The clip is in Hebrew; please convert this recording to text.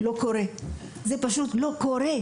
זה פשוט לא קורה.